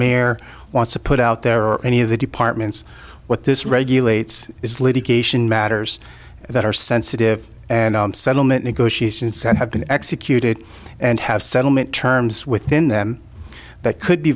mayor wants to put out there or any of the departments what this regulates is litigation matters that are sensitive and settlement negotiations and have been executed and have settlement terms within them that could be